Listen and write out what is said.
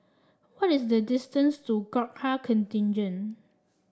what is the distance to Gurkha Contingent